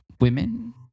women